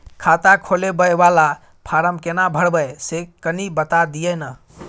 खाता खोलैबय वाला फारम केना भरबै से कनी बात दिय न?